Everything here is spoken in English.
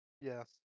Yes